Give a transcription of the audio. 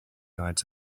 guides